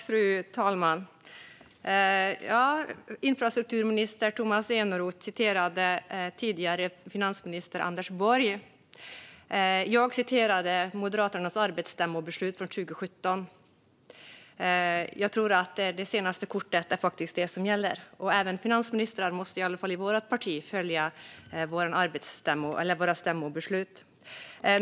Fru talman! Infrastrukturminister Tomas Eneroth citerade den tidigare finansministern, Anders Borg. Jag citerade Moderaternas arbetsstämmobeslut från 2017. Det är faktiskt det senaste kortet som gäller. Och även finansministrar, i alla fall i vårt parti, måste följa stämmobeslut.